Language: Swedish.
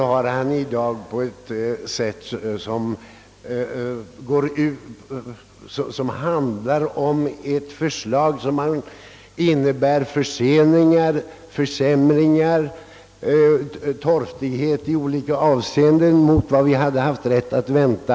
Han har i dag försvarat ett förslag som innebär förseningar, försämringar och torftighet i olika avseenden med än värre metoder än vi kunde vänta.